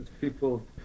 People